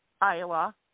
Iowa